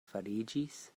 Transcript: fariĝis